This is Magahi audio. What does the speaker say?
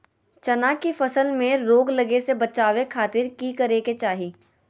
चना की फसल में रोग लगे से बचावे खातिर की करे के चाही?